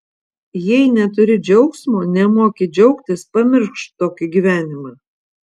jei neturi džiaugsmo nemoki džiaugtis pamiršk tokį gyvenimą